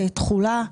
דחוף.